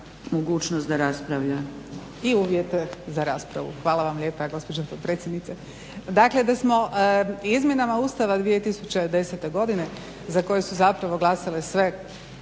mogućnost da raspravlja./ …… i uvjete za raspravu. Hvala vam lijepa gospođo potpredsjednice. Dakle, da smo izmjenama Ustava 2010. godine za kojeg su zapravo glasale sve